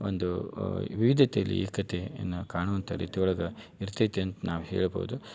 ಒಂದು ವಿವಿಧತೆಯಲ್ಲಿ ಏಕತೆಯನ್ನು ಕಾಣುವಂಥ ರೀತಿ ಒಳಗೆ ಇರ್ತೈತೆ ಅಂತ ನಾವು ಹೇಳ್ಬೋದು